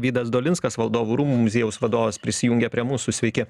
vydas dolinskas valdovų rūmų muziejaus vadovas prisijungė prie mūsų sveiki